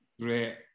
great